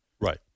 Right